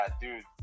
dude